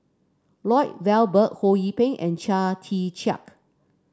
Lloyd Valberg Ho Yee Ping and Chia Tee Chiak